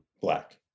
black